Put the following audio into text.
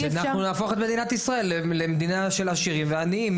אי אפשר --- שאנחנו נהפוך את מדינת ישראל למדינה של עשירים ועניים.